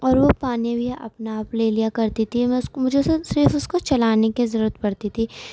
اور وہ پانی بھ اپنا آپ لے لیا کرتی تھی میں اس کو مجھے صرف اس کو چلانے کی ضرورت پڑتی تھی